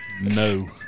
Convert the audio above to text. no